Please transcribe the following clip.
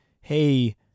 hey